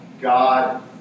God